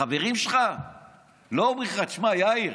החברים שלך לא אומרים לך: תשמע, יאיר,